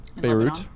Beirut